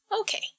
Okay